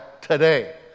today